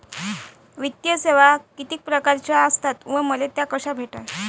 वित्तीय सेवा कितीक परकारच्या असतात व मले त्या कशा भेटन?